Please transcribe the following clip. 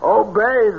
obey